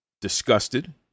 disgusted